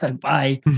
Bye